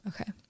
Okay